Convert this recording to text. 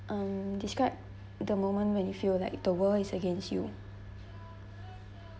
um describe the moment when you feel like the world is against you